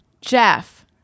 Jeff